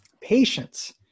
Patience